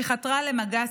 היא חתרה למגע,